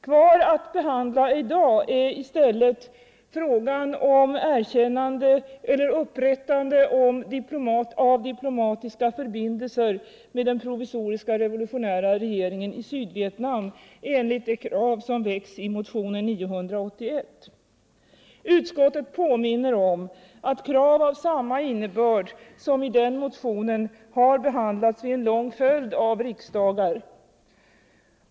Kvar att behandla i dag är i stället frågan om upprättande av diplomatiska förbindelser med den provisoriska revolutionära regeringen i Sydvietnam, enligt det krav som framförs i motionen 981. Utskottet påminner om att krav av samma innebörd som i den motionen har behandlats vid en lång följd av riksdagar.